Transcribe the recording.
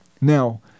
Now